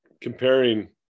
comparing